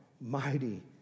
mighty